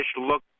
look